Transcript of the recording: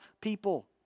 people